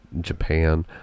japan